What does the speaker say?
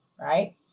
right